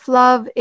love